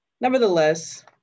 Nevertheless